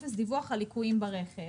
טופס דיווח על ליקויים ברכב.